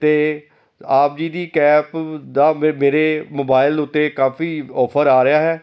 ਅਤੇ ਆਪ ਜੀ ਦੀ ਕੈਬ ਦਾ ਮ ਮੇਰੇ ਮੋਬਾਈਲ ਉੱਤੇ ਕਾਫੀ ਔਫਰ ਆ ਰਿਹਾ ਹੈ